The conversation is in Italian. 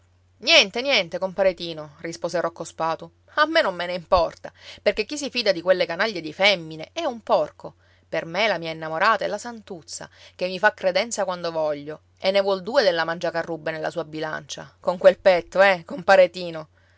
niente niente compare tino rispose rocco spatu a me non me ne importa perché chi si fida di quelle canaglie di femmine è un porco per me la mia innamorata è la santuzza che mi fa credenza quando voglio e ne vuol due delle mangiacarrubbe nella sua bilancia con quel petto eh compare tino